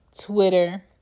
Twitter